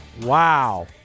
Wow